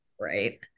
Right